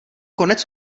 konec